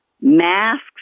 masks